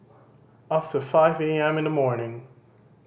after five A M in the morning